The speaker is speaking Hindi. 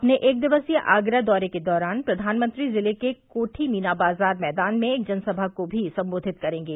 अपने एक दिवसीय आगरा दौरे के दौरान प्रधानमंत्री जिले के कोठी मीना बाजार मैदान में एक जनसभा को भी संबोधित करेंगे